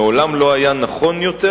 מעולם לא היה נכון יותר,